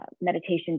meditation